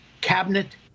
cabinet